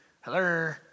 hello